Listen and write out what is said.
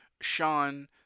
Sean